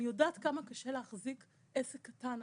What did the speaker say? אני יודעת כמה קשה להחזיק עסק קטן.